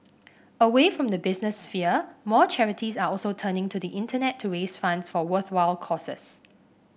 away from the business sphere more charities are also turning to the Internet to raise funds for worthwhile causes